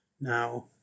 now